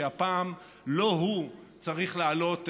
שהפעם לא הוא צריך לעלות,